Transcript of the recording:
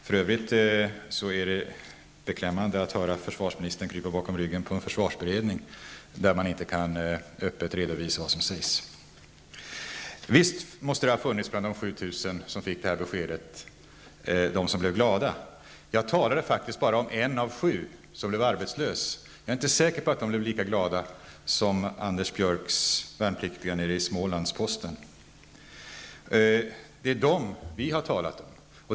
För övrigt är det beklämmande att försvarsministern på detta sätt kryper bakom ryggen på en försvarsberedning, vars diskussioner inte öppet kan redovisas. Visst måste det bland de 7 000 som fick detta besked ha funnits personer som blev glada. Jag talade faktiskt bara om att en av sju blev arbetslös. Jag är inte säker på att dessa blev lika glada som de värnpliktiga det stod om i Smålandsposten. Det är de som blir arbetslösa vi har talat om.